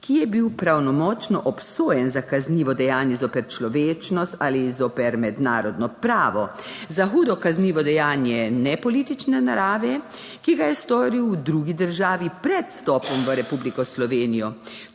ki je bil pravnomočno obsojen za kaznivo dejanje zoper človečnost ali zoper mednarodno pravo za hudo kaznivo dejanje, ne politične narave, ki ga je storil v drugi državi pred vstopom v Republiko Slovenijo